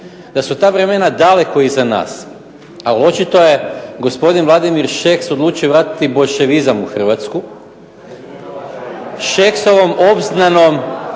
da su ta vremena daleko iza nas. Ali očito je gospodin Vladimir Šeks odlučio vratiti boljševizam u Hrvatsku. Šeksovom obznanom